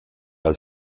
als